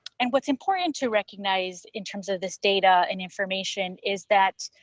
and what's important to recognize, in terms of this data and information, is that